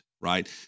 right